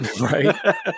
Right